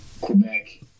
Quebec